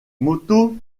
moto